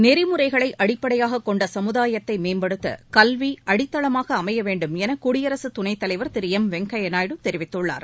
நெறிமுறைகளை அடிப்படையாக கொண்ட சமுதாயத்தை மேம்படுத்த கல்வி அடித்தளமாக அமைய வேண்டும் என குடியரசுத் துணைத்தலைவா் திரு எம் வெங்கையா நாயுடு தெரிவித்துள்ளார்